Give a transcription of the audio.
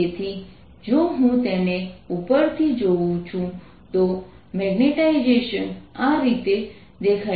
તેથી જો હું તેને ઉપરથી જોઉં છું તો મેગ્નેટાઇઝેશન આ રીતે દેખાય છે